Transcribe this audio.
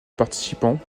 participants